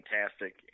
fantastic